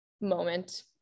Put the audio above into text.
moment